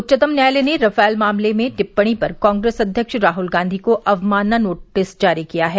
उच्चतम न्यायालय ने रफाल मामले में टिप्पणी पर कांग्रेस अध्यक्ष राहुल गांधी को अवमानना का नोटिस जारी किया है